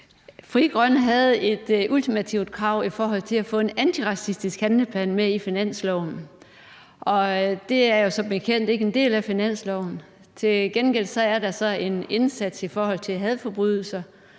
Frie Grønne havde et ultimativt krav i forhold til at få en antiracistisk handleplan med i finansloven, og det er som bekendt ikke en del af finansloven. Til gengæld er der så en indsats i forhold til hadforbrydelser,